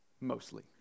mostly